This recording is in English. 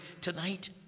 tonight